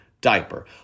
Diaper